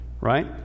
right